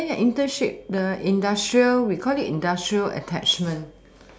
ya ya ya internship the industrial we call it industrial attachment